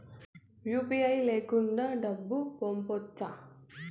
UPI లేకుండా డబ్బు పంపొచ్చా